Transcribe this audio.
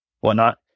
whatnot